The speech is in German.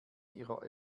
ihrer